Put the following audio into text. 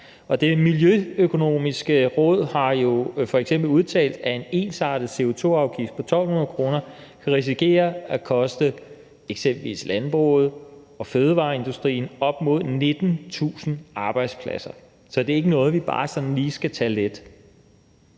Det Miljøøkonomiske Råd har jo f.eks. udtalt, at en ensartet CO2-afgift på 1.200 kr. kan risikere at koste eksempelvis landbruget og fødevareindustrien op mod 19.000 arbejdspladser. Så det er ikke noget, vi sådan bare lige skal tage let.